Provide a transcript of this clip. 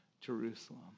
Jerusalem